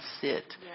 sit